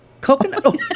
Coconut